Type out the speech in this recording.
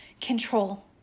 control